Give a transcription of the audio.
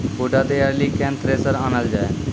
बूटा तैयारी ली केन थ्रेसर आनलऽ जाए?